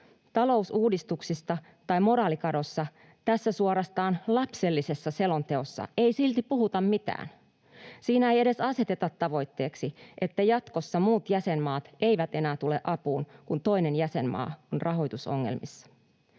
Talousuudistuksista tai moraalikadosta tässä suorastaan lapsellisessa selonteossa ei silti puhuta mitään. Siinä ei edes aseteta tavoitteeksi, että jatkossa muut jäsenmaat eivät enää tule apuun, kun toinen jäsenmaa on rahoitusongelmissa.